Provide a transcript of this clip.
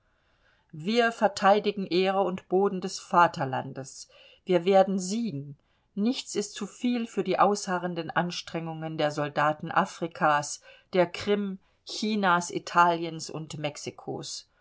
wir verteidigen ehre und boden des vaterlandes wir werden siegen nichts ist zu viel für die ausharrenden anstrengungen der soldaten afrikas der krim chinas italiens und mexikos